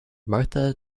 martha